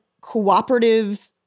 cooperative